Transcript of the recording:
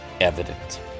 evident